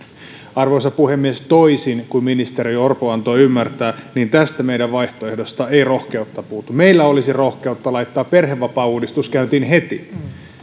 arvoisa puhemies toisin kuin ministeri orpo antoi ymmärtää tästä meidän vaihtoehdostamme ei rohkeutta puutu meillä olisi rohkeutta laittaa perhevapaauudistus käyntiin heti